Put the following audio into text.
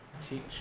teach